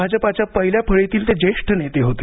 भाजपाच्या पहिल्या फळीतील ते जेष्ठ नेते होते